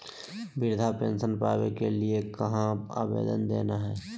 वृद्धा पेंसन पावे के लिए कहा आवेदन देना है?